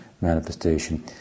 manifestation